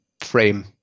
frame